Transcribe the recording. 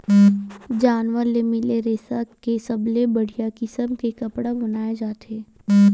जानवर ले मिले रेसा के सबले बड़िया किसम के कपड़ा बनाए जाथे